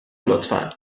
لطفا